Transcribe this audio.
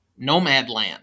Nomadland